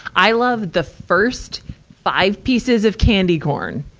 i love the first five pieces of candy corn.